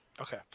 Okay